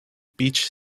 beach